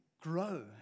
grow